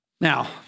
Now